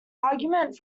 argument